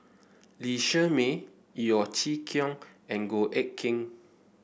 Lee Shermay Yeo Chee Kiong and Goh Eck Kheng